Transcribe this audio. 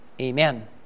amen